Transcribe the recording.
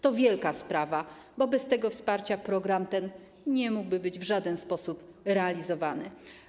To wielka sprawa, bo bez tego wsparcia program ten nie mógłby być w żaden sposób realizowany.